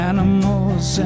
Animals